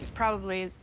probably,